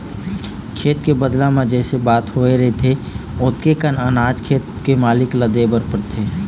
खेत के बदला म जइसे बात होवे रहिथे ओतके कन अनाज खेत के मालिक ल देबर परथे